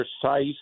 precise